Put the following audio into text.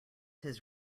his